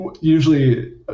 usually